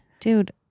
Dude